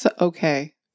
okay